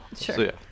sure